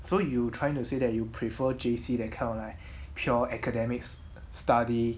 so you trying to say that you prefer J_C that kind of like pure academics study